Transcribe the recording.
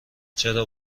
چرا